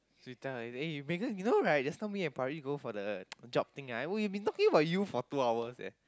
you tell her eh Megan you know right just now me and Pary go for the job thing right we were talking about you for two hours leh